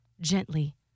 gently